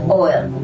oil